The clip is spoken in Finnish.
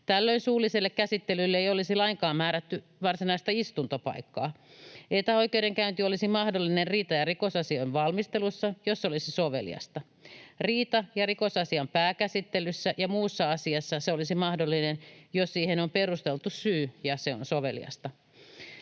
Tällöin suulliselle käsittelylle ei olisi lainkaan määrätty varsinaista istuntopaikkaa. Etäoikeudenkäynti olisi mahdollinen riita- ja rikosasioiden valmistelussa, jos se olisi soveliasta. Riita- ja rikosasian pääkäsittelyssä ja muussa asiassa se olisi mahdollinen, jos siihen on perusteltu syy ja se on soveliasta.